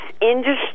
industry